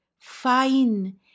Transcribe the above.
fine